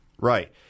Right